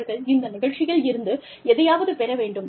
அவர்கள் இந்த நிகழ்ச்சியில் இருந்து எதையாவது பெற வேண்டும்